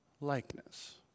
likeness